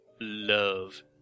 love